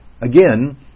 Again